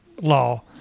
law